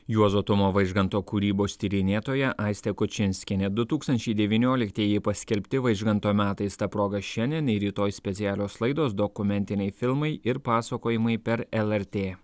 juozo tumo vaižganto kūrybos tyrinėtoja aistė kučinskienė du tūkstančiai devynioliktieji paskelbti vaižganto metais ta proga šiandien ir rytoj specialios laidos dokumentiniai filmai ir pasakojimai per lrt